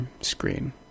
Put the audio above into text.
screen